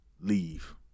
leave